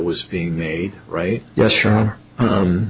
was being made right yes sure